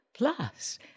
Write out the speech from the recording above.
Plus